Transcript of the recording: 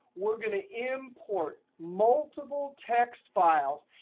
we're going to import multiple text files.